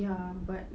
ya but